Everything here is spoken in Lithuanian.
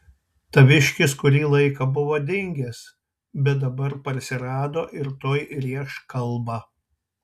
taviškis kurį laiką buvo dingęs bet dabar parsirado ir tuoj rėš kalbą